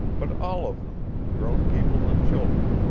but all of them, grown people and children,